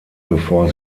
bevor